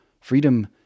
freedom